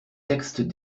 textes